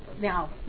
now